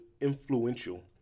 influential